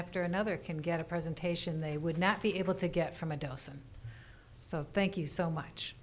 after another can get a presentation they would not be able to get from a dosen so thank you so much